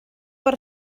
per